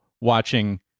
watching